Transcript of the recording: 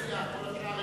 אני הסיעה.